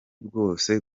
kuri